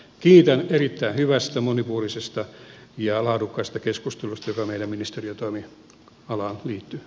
kiitän erittäin hyvästä monipuolisesta ja laadukkaasta keskustelusta joka meidän ministeriön toimialaan liittyy